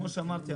כמו שאמרתי,